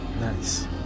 Nice